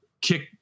kick